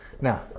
Now